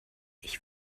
ich